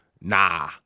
nah